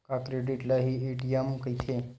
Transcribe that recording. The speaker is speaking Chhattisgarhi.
का क्रेडिट ल हि ए.टी.एम कहिथे?